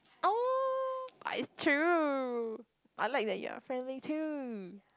um but it's true I like that you are friendly too